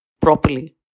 properly